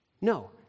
No